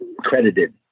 credited